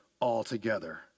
altogether